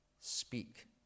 Speak